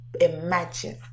imagine